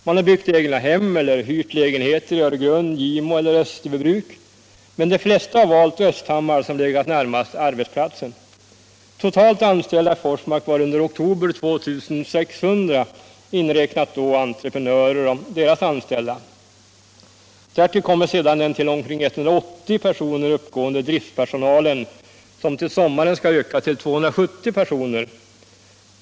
Man har byggt egnahem eller hyrt lägenheter i Öregrund, Gimo eller Österbybruk, men de flesta har valt Östhammar, som legat närmast arbetsplatsen. Totalt anställda i Forsmark var under oktober 2 600, inräknat entreprenörer och deras anställda. Därtill kommer sedan den till omkring 180 personer uppgående driftpersonalen, som till sommaren skall öka till 270 personer.